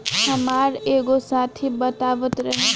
हामार एगो साथी बतावत रहे